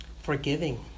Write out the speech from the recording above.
forgiving